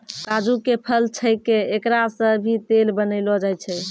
काजू के फल छैके एकरा सॅ भी तेल बनैलो जाय छै